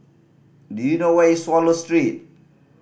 do you know where is Swallow Street